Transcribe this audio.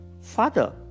Father